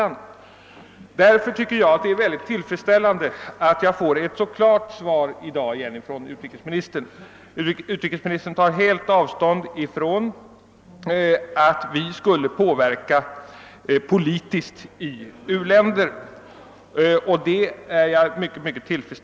Det är därför mycket tillfredsställande att jag i dag återigen får ett så bestämt svar från utrikesministern, innebärande att han helt tar avstånd från att vi skulle utöva politisk påverkan i u-länder.